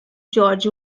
george